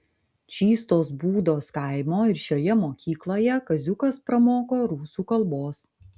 čystos būdos kaimo ir šioje mokykloje kaziukas pramoko rusų kalbos